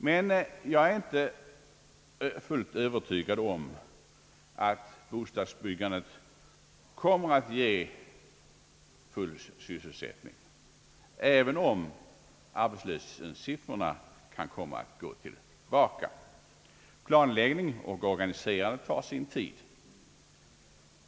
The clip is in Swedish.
Jag är dock inte fullt övertygad om att bostadsbyggandet kommer att ge full sysselsättning, även om arbetslöshetssiffrorna kan komma att gå tillbaka. Planläggning och organiserande tar sin tid.